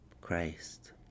Christ